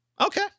Okay